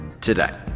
Today